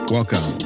Welcome